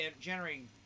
generating